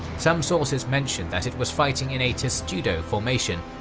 some sources mention that it was fighting in a testudo formation,